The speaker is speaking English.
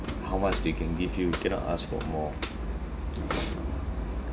how much they can give you you cannot ask for more